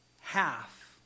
half